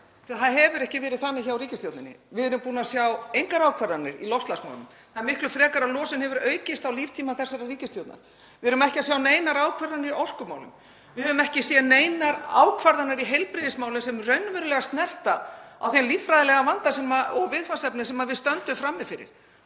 það hefur ekki verið þannig hjá ríkisstjórninni. Við erum ekki búin að sjá neinar ákvarðanir í loftslagsmálum. Það er miklu frekar að losun hafi aukist á líftíma þessarar ríkisstjórnar. Við erum ekki að sjá neinar ákvarðanir í orkumálum. Við höfum ekki séð neinar ákvarðanir í heilbrigðismálum sem snerta raunverulega á þeim líffræðilega vanda og viðfangsefnum sem við stöndum frammi fyrir;